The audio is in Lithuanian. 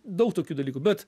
daug tokių dalykų bet